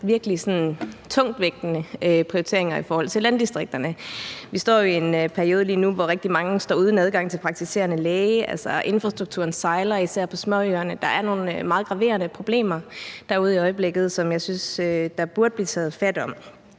virkelig sådan tungtvejende prioriteringer i forhold til landdistrikterne. Vi står jo i en periode lige nu, hvor rigtig mange står uden adgang til praktiserende læge, og infrastrukturen sejler især på småøerne. Der er nogle meget graverende problemer derude i øjeblikket, som jeg synes der burde blive taget fat om.